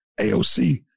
AOC